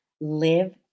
live